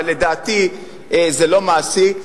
אבל לדעתי זה לא מעשי.